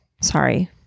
Sorry